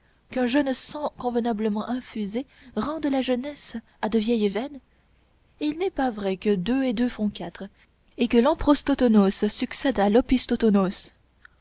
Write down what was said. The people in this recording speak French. qu'un jeune sang convenablement infusé rende la jeunesse à de vieilles veines il n'est pas vrai que deux et deux font quatre et que l'emprosthotonos succède à